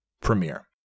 premiere